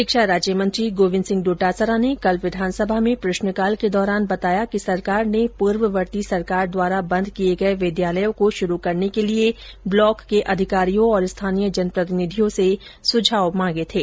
शिक्षा राज्य मंत्री गोविन्द सिंह डोटासरा ने कल विधानसभा में प्रश्नकाल के दौरान बताया कि सरकार ने पूर्ववर्ती सरकार द्वारा बंद किये गये विद्यालयों को शुरू करने के लिए ब्लॉक के अधिकारियों और स्थानीय जनप्रतिनिधीयों से सुझाव मांगे थे